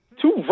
Two